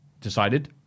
decided